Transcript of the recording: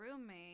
roommate